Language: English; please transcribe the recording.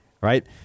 right